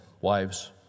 wives